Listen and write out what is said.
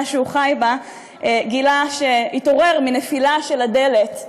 שהוא חי בה הוא התעורר מנפילה של הדלת,